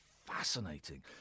fascinating